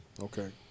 Okay